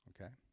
Okay